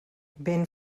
ben